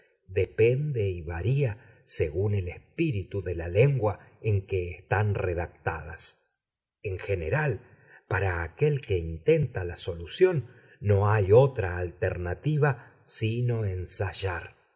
depende y varía según el espíritu de la lengua en que están redactadas en general para aquel que intenta la solución no hay otra alternativa sino ensayar